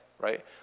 Right